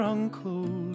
Uncle